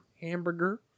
hamburger